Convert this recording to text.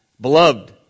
Beloved